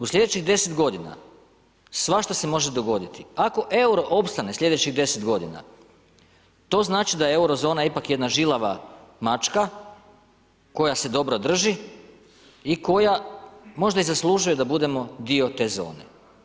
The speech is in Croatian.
U sljedećih deset godina svašta se može dogoditi, ako euro opstane sljedećih deset godina to znači da je Eurozona ipak jedna žilava mačka koja se dobro drži i koja možda i zaslužuje da budemo dio te zone.